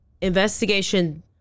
investigation